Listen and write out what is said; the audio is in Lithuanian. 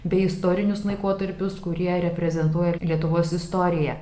bei istorinius laikotarpius kurie reprezentuoja lietuvos istoriją